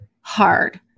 hard